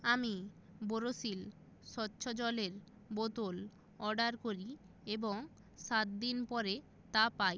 আমি বোরোসিল স্বচ্ছ জলের বোতল অর্ডার করি এবং সাত দিন পরে তা পাই